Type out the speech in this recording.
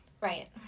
Right